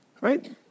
Right